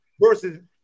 versus